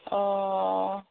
অঁ